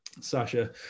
sasha